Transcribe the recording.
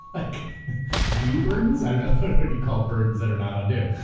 like due burdens? i don't know what you call burdens that are not undue.